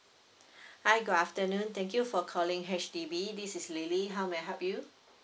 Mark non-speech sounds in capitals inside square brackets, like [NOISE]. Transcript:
[BREATH] hi good afternoon thank you for calling H_D_B this is lily how may I help you